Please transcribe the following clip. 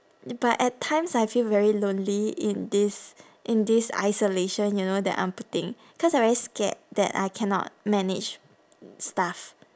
but at times I feel very lonely in this in this isolation you know that I'm putting cause I very scared that I cannot manage stuff